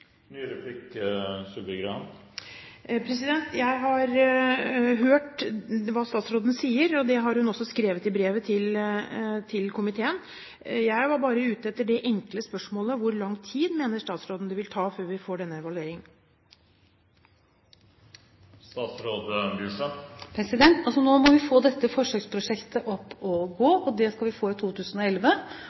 Jeg har hørt hva statsråden sier, og det har hun også skrevet i brevet til komiteen. Jeg var bare ute etter svar på det enkle spørsmålet: Hvor lang tid mener statsråden det vil ta før vi får denne evalueringen? Nå må vi få dette forsøksprosjektet opp å gå, og det skal vi få i 2011.